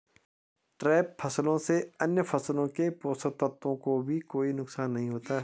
trap फसलों से अन्य फसलों के पोषक तत्वों को भी कोई नुकसान नहीं होता